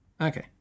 Okay